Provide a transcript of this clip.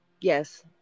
Yes